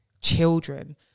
children